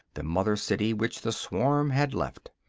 the mother-city, which the swarm had left.